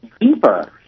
deeper